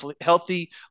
healthy